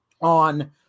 on –